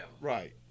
Right